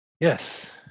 Yes